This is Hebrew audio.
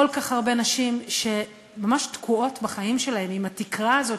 כל כך הרבה נשים שממש תקועות בחיים שלהן עם התקרה הזאת,